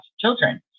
children